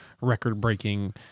record-breaking